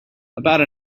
about